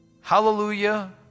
Hallelujah